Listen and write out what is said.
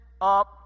up